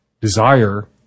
desire